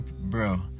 bro